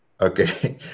okay